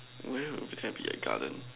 where would N_Y_P have garden